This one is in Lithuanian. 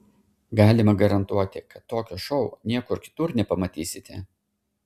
galime garantuoti kad tokio šou niekur kitur nepamatysite